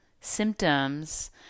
symptoms